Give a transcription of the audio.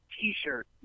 T-shirt